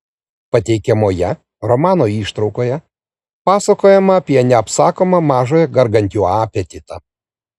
pateikiamoje romano ištraukoje pasakojama apie neapsakomą mažojo gargantiua apetitą